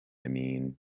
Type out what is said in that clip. mean